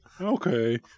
Okay